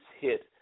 hit